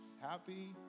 happy